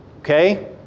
okay